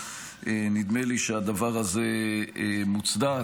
נדמה לי שהדבר הזה מוצדק.